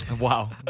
Wow